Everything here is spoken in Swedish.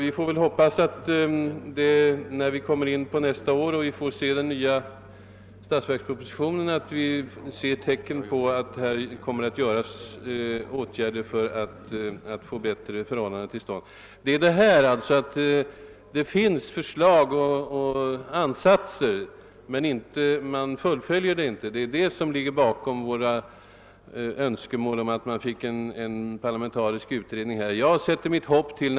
Vi får hoppas att vi, när vi kommer in på nästa år, i den nya statsverkspropositionen kan se tecken på att åtgärder kommer att vidtas för att få till stånd bättre förhållanden på detta område. Vad som ligger bakom våra önskemål om en parlamentarisk beredning är det faktum att det redan finns goda, förslag och ansatser till motåtgärder men att dessa i så begränsad mån fullföljes.